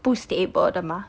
不 stable 的吗